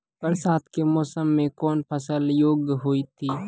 बरसात के मौसम मे कौन फसल योग्य हुई थी?